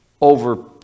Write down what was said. over